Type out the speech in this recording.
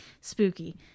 Spooky